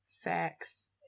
Facts